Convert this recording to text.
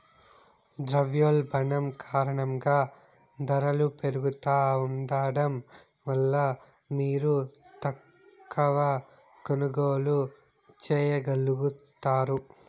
ద్రవ్యోల్బణం కారణంగా దరలు పెరుగుతా ఉండడం వల్ల మీరు తక్కవ కొనుగోల్లు చేయగలుగుతారు